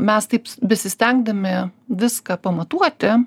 mes taip besistengdami viską pamatuoti